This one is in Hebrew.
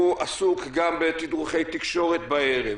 הוא עסוק גם בתדרוכי תקשורת בערב,